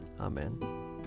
Amen